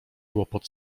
łopot